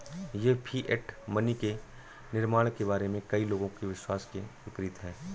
यह fiat money के निर्माण के बारे में कई लोगों के विश्वास के विपरीत है